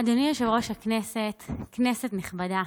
אדוני יושב-ראש הכנסת, כנסת נכבדה,